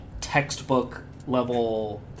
textbook-level